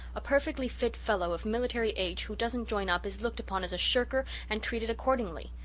a perfectly fit fellow, of military age, who doesn't join up is looked upon as a shirker and treated accordingly.